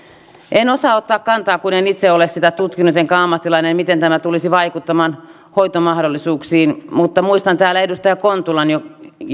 en osaa ottaa kantaa kun en itse ole sitä tutkinut enkä ole ammattilainen miten tämä tulisi vaikuttamaan hoitomahdollisuuksiin mutta muistan täällä edustaja kontulan